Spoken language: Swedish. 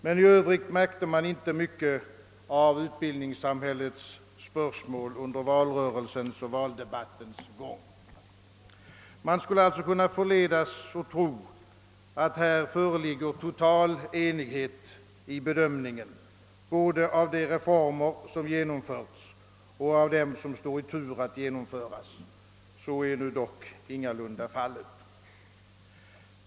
Men i övrigt märkte man inte mycket av utbildningssamhällets spörsmål under valrörelsens gång. Man skulle alltså kunna förledas att tro, att det föreligger total enighet i bedömningen både av de reformer som genomförts och av dem som står i tur att genomföras. Så är dock ingalunda fallet.